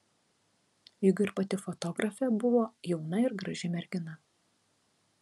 juk ir pati fotografė buvo jauna ir graži mergina